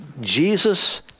Jesus